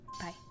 Bye